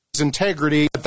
integrity